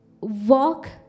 walk